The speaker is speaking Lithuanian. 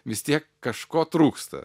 vis tiek kažko trūksta